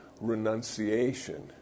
renunciation